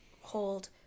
hold